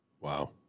Wow